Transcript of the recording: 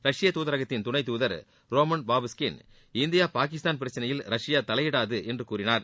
ரஷ்ய துதரகத்தின் துணைத் துதர் ரோமன் பாபுஸ்கின் இந்தியா பாகிஸ்தான் பிரச்சனையில் ரஷ்யா தலையிடாது என்று கூறினார்